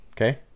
okay